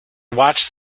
watched